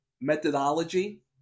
Methodology